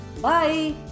bye